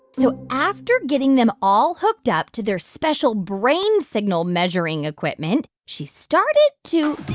so after getting them all hooked up to their special brain-signal-measuring equipment, she started to.